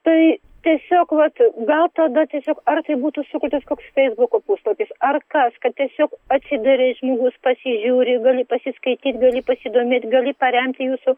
tai tiesiog vat gal tada tiesiog ar tai būtų sukurtas koks feisbuko puslapis ar kas kad tiesiog atsidarei žmogus pasižiūri gali pasiskaityt gali pasidomėt gali paremti jūsų